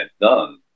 done